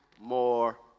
more